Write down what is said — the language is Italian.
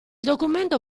documento